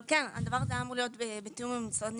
אבל הדבר הזה היה אמור להיות בתיאום עם המשרדים,